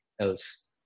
else